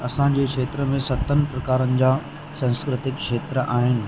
असांजे क्षेत्र में सतनि प्रकारनि सांस्कृतिक क्षेत्र आहिनि